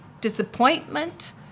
disappointment